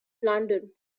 london